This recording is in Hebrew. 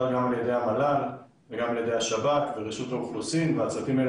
גם על ידי המל"ל וגם על ידי השב"כ ורשות האוכלוסין והצוותים האלה